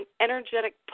energetic